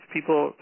People